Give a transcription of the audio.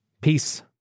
Peace